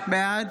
בעד